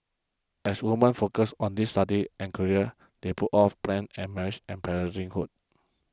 as woman focused on these studies and careers they put off plans and marriage and parenting good